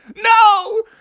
No